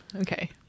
Okay